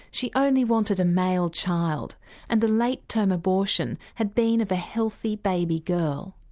she only wanted a male child and the late term abortion had been of a healthy baby girl.